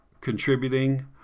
contributing